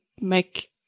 make